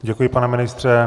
Děkuji, pane ministře.